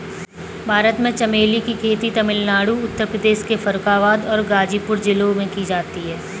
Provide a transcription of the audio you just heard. भारत में चमेली की खेती तमिलनाडु उत्तर प्रदेश के फर्रुखाबाद और गाजीपुर जिलों में की जाती है